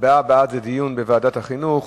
הצבעה בעד, דיון בוועדת החינוך,